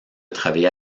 travailler